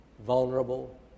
vulnerable